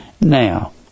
Now